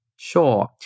Sure